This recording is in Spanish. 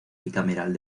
bicameral